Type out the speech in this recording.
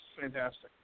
fantastic